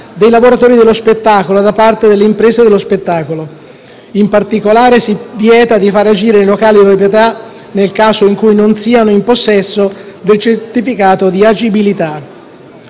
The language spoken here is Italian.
dei lavoratori dello spettacolo da parte delle imprese dello spettacolo. In particolare, si vieta di far agire nei locali di proprietà nel caso in cui non siano in possesso del certificato di agibilità.